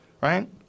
right